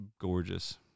gorgeous